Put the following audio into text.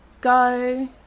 go